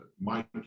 Mike